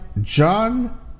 John